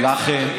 לכן,